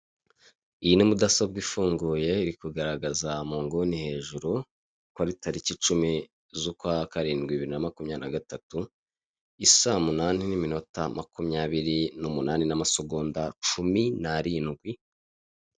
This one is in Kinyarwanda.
Iyi ni mudasobwa ifunguye iri kugaragaza mu nguni hejuru ko ari ku itariki icumi z'ukwa karindwi, bibiri na makumyabiri na gatatu, isa munani n'iminota makumyabiri n'umunani n'amasogonda cumi n'arindwi.